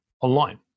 online